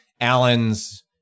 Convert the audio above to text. Allen's